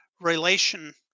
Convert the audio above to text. relation